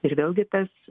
ir vėlgi tas